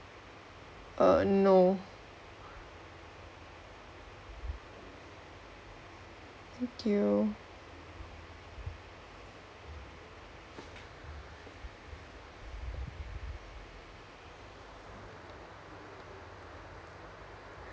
err no thank you